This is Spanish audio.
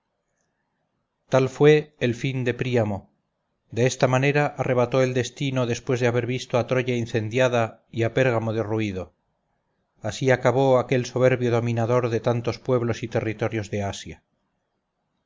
tal fue el fin de príamo de esta manera arrebató el destino después de haber visto a troya incendiada y a pérgamo derruido así acabó aquel soberbio dominador de tantos pueblos y territorios de asia sus